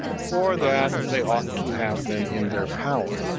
for that they ought to have them in their power,